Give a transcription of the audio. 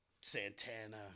Santana